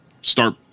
start